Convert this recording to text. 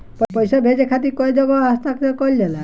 पैसा भेजे के खातिर कै जगह हस्ताक्षर कैइल जाला?